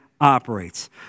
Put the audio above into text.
operates